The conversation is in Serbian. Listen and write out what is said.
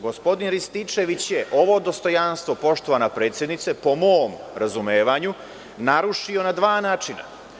Gospodin Rističević je ovo dostojanstvo, poštovana predsednice, po mom razumevanju narušio na dva načina.